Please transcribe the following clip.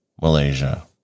Malaysia